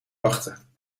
wachten